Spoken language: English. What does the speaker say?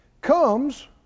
comes